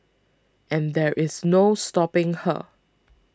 and there is no stopping her